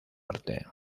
arte